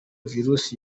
virus